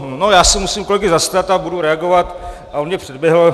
No já se musím kolegy zastat a budu reagovat, a on mě předběhl.